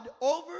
over